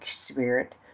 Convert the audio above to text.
spirit